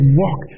walk